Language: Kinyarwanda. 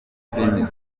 filime